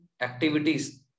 activities